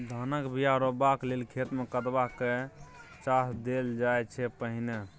धानक बीया रोपबाक लेल खेत मे कदबा कए चास देल जाइ छै पहिने